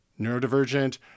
neurodivergent